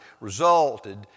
resulted